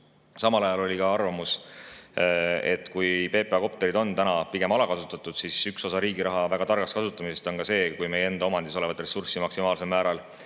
Samuti oli ka arvamus, et kui PPA kopterid on täna pigem alakasutatud, siis üks osa riigi raha väga targast kasutamisest on see, kui me enda omandis oleva ressursi võtame maksimaalsel määral